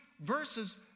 verses